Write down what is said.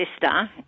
sister